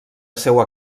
seua